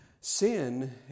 Sin